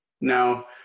now